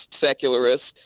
secularists